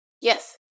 Yes